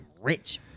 rich